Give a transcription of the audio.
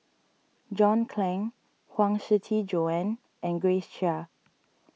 John Clang Huang Shiqi Joan and Grace Chia